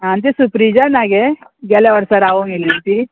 आनी तें सुप्रिजा नागे गेल्या वर्सा रावोंक येल्ली ती